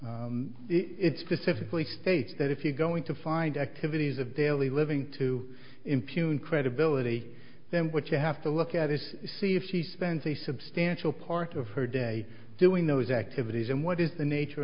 deceptively states that if you're going to find activities of daily living to impugn credibility then what you have to look at is see if she spends a substantial part of her day doing those activities and what is the nature